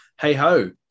hey-ho